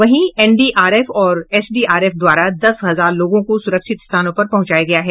वहीं एनडीआरएफ और एसडीआरएफ द्वारा दस हजार लोगों को सुरक्षित स्थानों पर पहुंचाया गया है